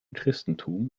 christentum